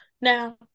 Now